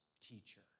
teacher